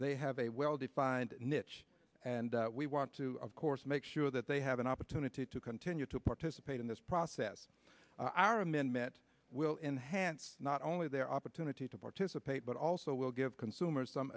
they have a well defined niche and we want to of course make sure that they have an opportunity to continue to participate in this process our amendment will enhance not only their opportunity to participate but also will give consumers some